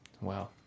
Wow